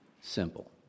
simple